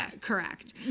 Correct